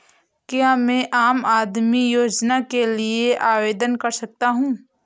क्या मैं आम आदमी योजना के लिए आवेदन कर सकता हूँ?